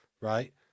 right